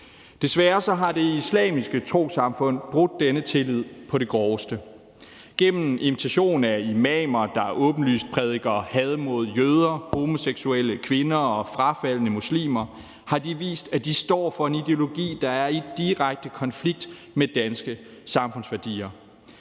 Desværre har Det Islamiske Trossamfund brudt denne tillid på det groveste. Gennem invitation af imamer, der åbenlyst prædiker had mod jøder, homoseksuelle, kvinder og frafaldne muslimer, har de vist, at de står for en ideologi, der er i direkte konflikt med danske samfundsværdier.